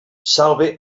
salve